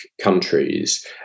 countries